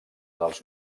dels